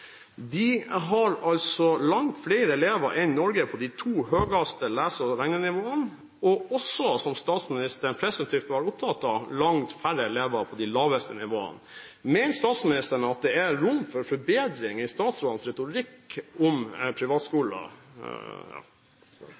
langt flere elever enn Norge på de to høyeste lese- og regnenivåene, og, som statsministeren presumptivt var opptatt av, langt færre elever på de laveste nivåene. Mener statsministeren at det er rom for forbedring i statsrådenes retorikk om